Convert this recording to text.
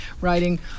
writing